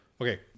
Okay